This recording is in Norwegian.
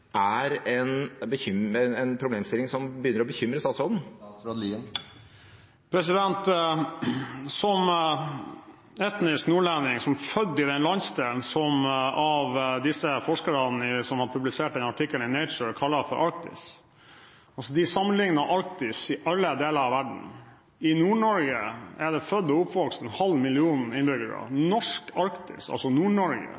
å bekymre statsråden? Som etnisk nordlending, som er født i den landsdelen som disse forskerne som har publisert den artikkelen i Nature, kaller «Arktis», vil jeg påpeke at de sammenligner arktiske strøk i alle deler av verden. I Nord-Norge er det født og oppvokst en halv million innbyggere. Norsk Arktis, altså